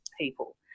people